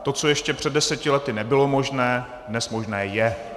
To, co ještě před deseti lety nebylo možné, dnes možné je.